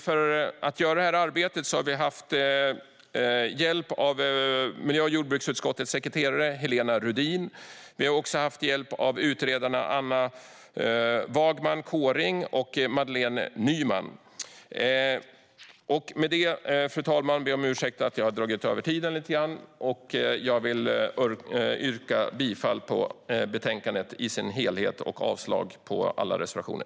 För att göra det arbetet har vi haft hjälp av miljö och jordbruksutskottets sekreterare Helena Rudin. Vi har också haft hjälp av utredarna Anna Wagman Kåring och Madeleine Nyman. Fru talman! Med det vill jag yrka bifall till förslaget i betänkandet i sin helhet och avslag på samtliga reservationer.